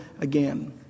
again